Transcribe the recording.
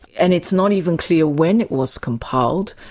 and it's not even clear when it was compiled.